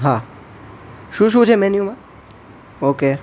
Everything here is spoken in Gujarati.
હા શું શું છે મેન્યૂમાં ઓકે